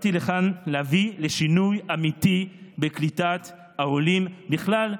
באתי לכאן להביא לשינוי אמיתי בקליטת העולים בכלל,